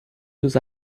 dos